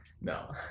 No